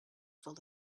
full